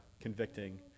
convicting